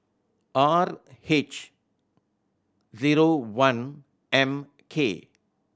R H zero one M K